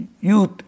youth